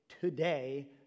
today